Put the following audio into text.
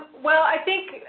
well, i think.